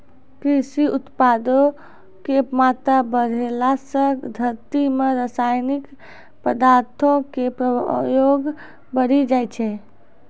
कृषि उत्पादो के मात्रा बढ़ैला से धरती मे रसायनिक पदार्थो के प्रयोग बढ़ि जाय छै